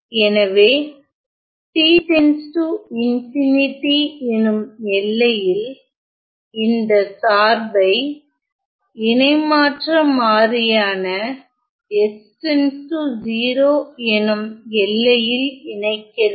எனவே t → எனும் எல்லையில் இந்த சார்பை இணை மாற்ற மாறியான s → 0 எனும் எல்லையில் இணைக்கிறது